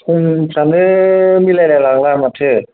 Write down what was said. समफ्रानो मिलायलायलांला माथो